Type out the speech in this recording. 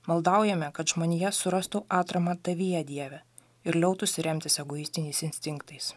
maldaujame kad žmonija surastų atramą tavyje dieve ir liautųsi remtis egoistiniais instinktais